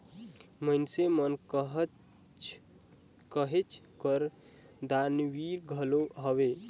मइनसे मन कहेच कर दानबीर घलो हवें